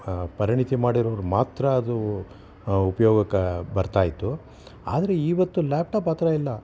ಪರಿಣಿತಿ ಮಾಡಿರೋವ್ರು ಮಾತ್ರ ಅದು ಉಪಯೋಗಕ್ಕೆ ಬರ್ತಾಯಿತ್ತು ಆದರೆ ಇವತ್ತು ಲ್ಯಾಪ್ ಟಾಪ್ ಆ ಥರ ಇಲ್ಲ